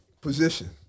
position